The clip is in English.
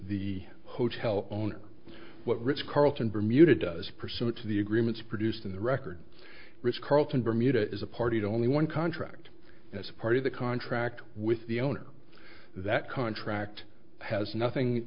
the hotel owner what ritz carlton bermuda does pursuant to the agreements produced in the record which carlton bermuda is a party to only one contract as part of the contract with the owner that contract has nothing